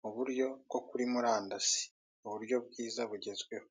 mu buryo bwo kuri murandasi uburyo bwiza bugezweho.